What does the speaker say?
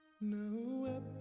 No